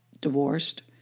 divorced